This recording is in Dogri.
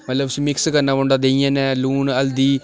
मतलब उसी मिक्स करना पौंदा देहियैं न लून हल्दी